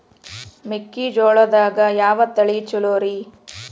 ಮೆಕ್ಕಿಜೋಳದಾಗ ಯಾವ ತಳಿ ಛಲೋರಿ?